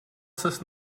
ses